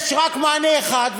יש רק מענה אחד,